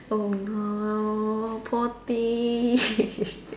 oh no poor thing